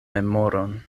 memoron